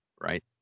right